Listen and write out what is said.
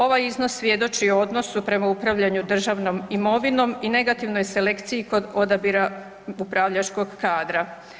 Ovaj iznos svjedoči o odnosu prema upravljanju državnom imovinom i negativnoj selekciji kod odabira upravljačko kadra.